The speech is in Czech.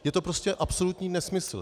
Je to prostě absolutní nesmysl.